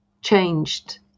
changed